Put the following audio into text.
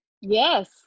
Yes